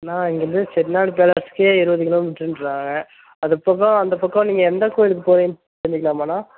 ண்ணா இங்கிருந்து செட்நாடு பேலஸ்க்கே இருபது கிலோமீட்ருன்றாங்க அது போக அந்தப் பக்கம் நீங்கள் எந்த கோயிலுக்கு போகறீங்கன்னு தெரிஞ்சுக்கலாமாண்ணா